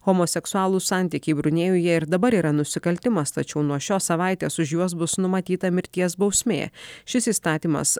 homoseksualūs santykiai brunėjuje ir dabar yra nusikaltimas tačiau nuo šios savaitės už juos bus numatyta mirties bausmė šis įstatymas